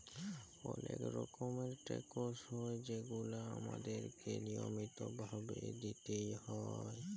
অলেক রকমের ট্যাকস হ্যয় যেগুলা আমাদেরকে লিয়মিত ভাবে দিতেই হ্যয়